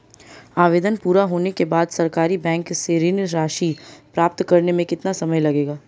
आवेदन पूरा होने के बाद सरकारी बैंक से ऋण राशि प्राप्त करने में कितना समय लगेगा?